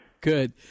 Good